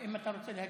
אם אתה רוצה להגיב.